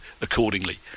accordingly